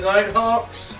Nighthawks